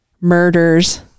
murders